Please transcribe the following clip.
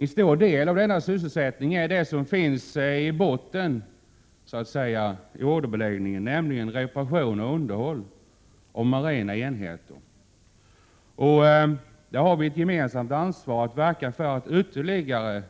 En stor del av denna sysselsättning gäller det som så att säga finns i botten i orderbeläggningen, nämligen reparation och underhåll av marina enheter. Vi har ett gemensamt ansvar att verka för att ytterligare